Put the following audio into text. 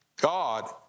God